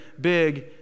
big